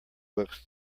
books